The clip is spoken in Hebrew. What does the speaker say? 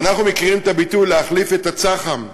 ואנחנו מכירים את הביטוי "להחליף את הצח"מ".